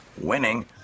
Winning